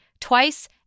TWICE